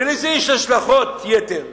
ולזה יש השלכות יתר.